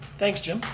thanks, jim.